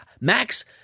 Max